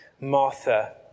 Martha